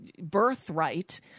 birthright